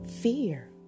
fear